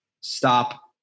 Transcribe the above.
stop